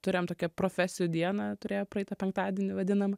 turėjom tokią profesijų dieną turėjau praeitą penktadienį vadinam